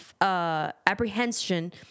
apprehension